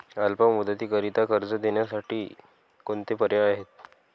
अल्प मुदतीकरीता कर्ज देण्यासाठी कोणते पर्याय आहेत?